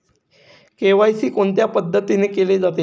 KYC कोणत्या पद्धतीने केले जाते?